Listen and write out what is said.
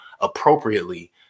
appropriately